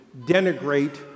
denigrate